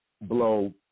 blow